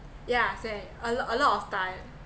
yeah same a lot a lot of time